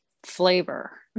Flavor